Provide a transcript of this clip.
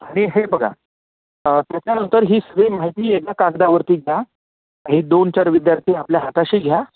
आणि हे बघा त्याच्यानंतर ही सगळी माहिती एका कागदावरती घ्या ही दोन चार विद्यार्थी आपल्या हाताशी घ्या